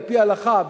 על-פי ההלכה,